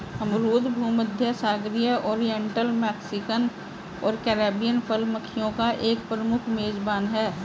अमरूद भूमध्यसागरीय, oriental, Mexican और कैरिबियन फल मक्खियों का एक प्रमुख मेजबान है